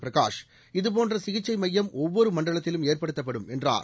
பிரகாஷ் இதுபோன்ற சிகிச்சை மையம் ஒவ்வொரு மண்டலத்திலும் ஏற்படுத்தப்படும் என்றார்